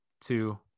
two